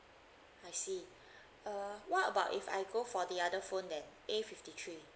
I see uh what about if I go for the other phone then A fifty three